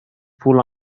pool